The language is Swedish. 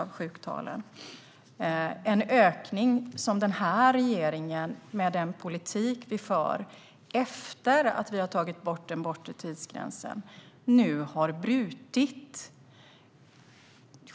Det är en ökning som den här regeringen, med den politik vi för efter att ha tagit bort den bortre tidsgränsen, nu har brutit.